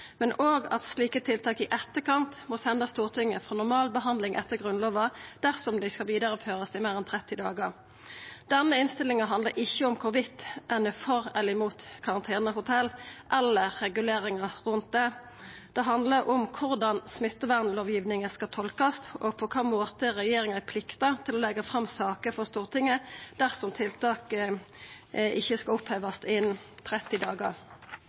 men slike tiltak må i etterkant sendast Stortinget for normal behandling etter Grunnlova dersom dei skal vidareførast i meir enn 30 dagar. Denne innstillinga handlar ikkje om ein er for eller imot karantenehotell eller reguleringar rundt det. Det handlar om korleis smittevernlovgivinga skal tolkast, og på kva måte regjeringa er pliktig til å leggja fram saker for Stortinget dersom tiltaket ikkje skal opphevast innan 30 dagar.